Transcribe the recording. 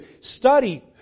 Study